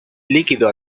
líquido